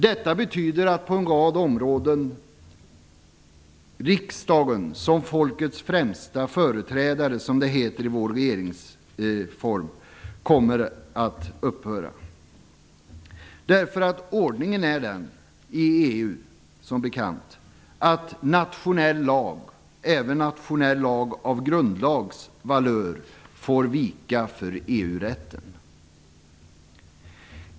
Detta betyder att riksdagen som folkets främsta företrädare, som det heter i vår regeringsform, kommer att upphöra på en rad områden. Ordningen i EU är som bekant den att nationell lag - även lag av grundlags valör - får vika för EU-rätten.